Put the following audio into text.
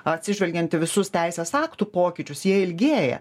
atsižvelgiant į visus teisės aktų pokyčius jie ilgėja